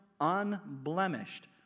unblemished